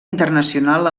internacional